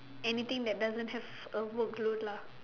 anything that doesn't have a workload lah